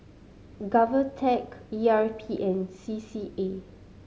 GovTech E R P and C C A